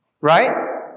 right